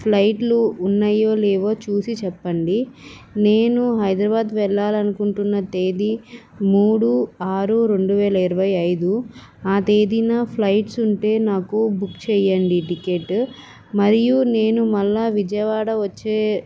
ఫ్లైట్లు ఉన్నయో లేవో చూసి చెప్పండి నేను హైదరాబాద్ వెళ్ళాలనుకుంటున్న తేదీ మూడు ఆరు రెండు వేల ఇరవై ఐదు ఆ తేదీన ఫ్లైట్స్ ఉంటే నాకు బుక్ చేయండి టిక్కెట్ మరియు నేను మళ్ళీ విజయవాడ వచ్చే